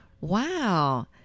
wow